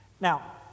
Now